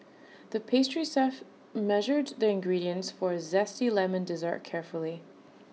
the pastry chef measured the ingredients for A Zesty Lemon Dessert carefully